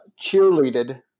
cheerleaded